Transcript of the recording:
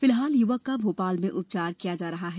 फिलहाल य्वक का भोपाल में उपचार किया जा रहा है